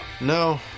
No